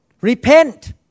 repent